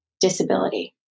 disability